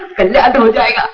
canal